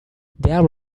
there